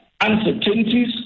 uncertainties